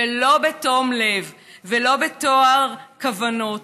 ולא בתום לב, ולא בטוהר כוונות.